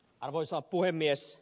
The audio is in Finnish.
arvoisa puhemies